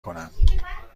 کنم